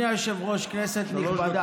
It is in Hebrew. אתה טועה.